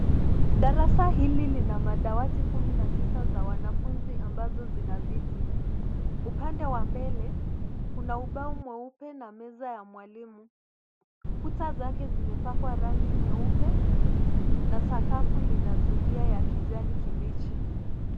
Darasa hili lina madawati kumi na tisa za wanafunzi ambazo zina viti. Upande wa mbele, kuna ubao mweupe na meza ya mwalimu. Kuta zake zimepakwa rangi nyeupe na sakafu lina zulia ya kijani kibichi.